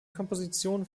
kompositionen